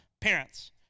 parents